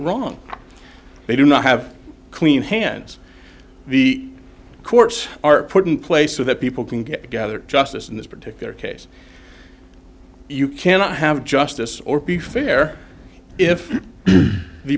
wrong they do not have clean hands the courts are put in place so that people can get together justice in this particular case you cannot have justice or be fair if the